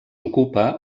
ocupa